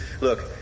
look